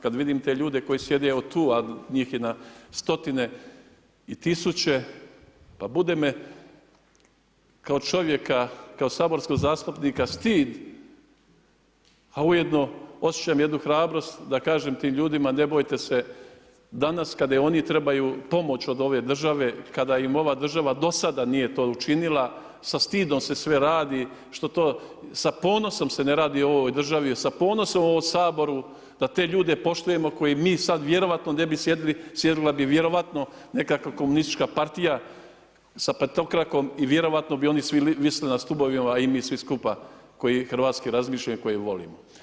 Kada vidim te ljude koji sjede evo tu a njih je na stotine i tisuće, pa bude me kao čovjeka, kao saborskog zastupnika stid a ujedno osjećam i jednu hrabrost da kažem tim ljudima ne bojte se, danas kada oni trebaju pomoć od ove države, kada im ova država do sada nije to učinila, sa stidom se sve radi, što to, sa ponosom se ne radi u ovoj državi, sa ponosom u ovom Saboru da te ljude poštujemo koji mi sada vjerojatno ne bi sjedili, sjedila bi vjerovatno nekakva komunistička partija sa petokrakom i vjerojatno bi oni svi visjeli na stubovima i mi svi skupa koji hrvatski razmišljamo i koji ju volimo.